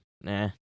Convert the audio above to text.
Nah